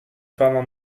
fama